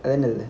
and then